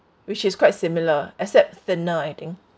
which is quite similar except thinner I think